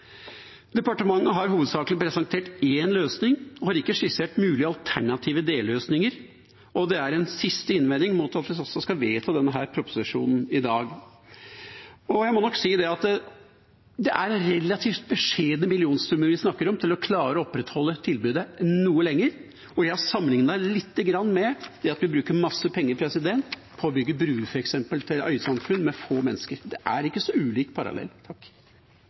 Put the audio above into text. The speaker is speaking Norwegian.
Departementet har hovedsakelig presentert én løsning og ikke skissert mulige alternative delløsninger. Det er en siste innvending mot at vi skal vedta denne proposisjonen i dag. Jeg må nok si at det er relativt beskjedne millionsummer vi snakker om for å klare å opprettholde tilbudet noe lenger, og jeg har sammenlignet litt med at vi bruker masse penger på f.eks. å bygge bruer til øysamfunn med få mennesker. Parallellen er der – det er ikke så ulikt.